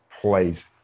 place